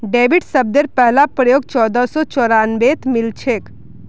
debit शब्देर पहला प्रयोग चोदह सौ चौरानवेत मिलछेक